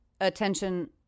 Attention